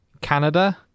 Canada